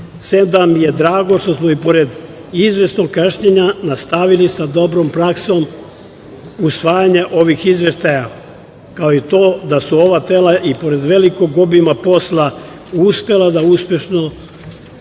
da mi je drago što smo i pored izvesnog kašnjenja nastavili sa dobrom praksom usvajanja ovih izveštaja, kao i to da su ova tela i pored velikog obima posla uspela da uspešno sa